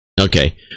Okay